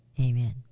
Amen